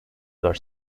were